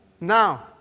now